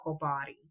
body